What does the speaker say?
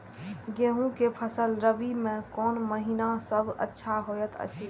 गेहूँ के फसल रबि मे कोन महिना सब अच्छा होयत अछि?